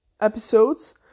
episodes